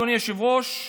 אדוני היושב-ראש,